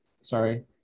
Sorry